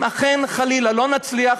אם אכן חלילה לא נצליח,